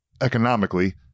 economically